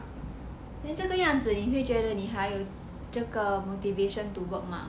then 这个样子你会觉得你还有这个 motivation to work mah